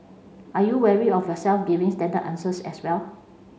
are you wary of yourself giving standard answers as well